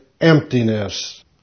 emptiness